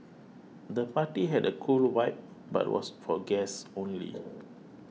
the party had a cool vibe but was for guests only